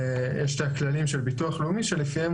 יש את הכללים של ביטוח לאומי שלפיהם